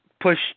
push